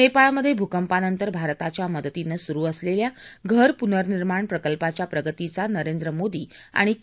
नेपाळमध्ये भूकंपानंतर भारताच्या मदतीनं सुरु असलेल्या घर पुनर्निर्माण प्रकल्पाच्या प्रगतीचा नरेंद्र मोदी आणि के